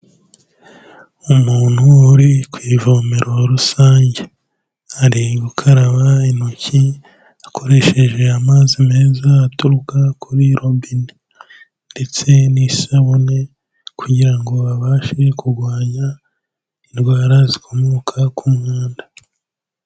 Umuntu uri ku ivomero rusange. Ari gukaraba intoki akoresheje amazi meza aturuka kuri robine. Ndetse n'isabune, kugira ngo abashe kurwanya indwara zikomoka ku mwanda.